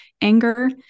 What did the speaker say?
anger